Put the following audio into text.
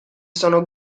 sono